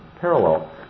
parallel